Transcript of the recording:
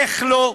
איך לא?